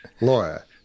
lawyer